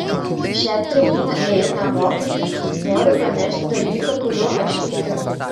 į šią tribūną ėjau ne mokyti noriu pranešti dalyką kuriuo aš tikiu